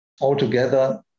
Altogether